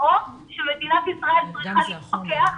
או שמדינת ישראל צריכה להתפכח